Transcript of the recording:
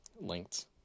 Linked